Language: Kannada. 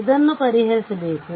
ಇದನ್ನು ಪರಿಹರಿಸಬೇಕು